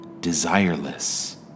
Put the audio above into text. desireless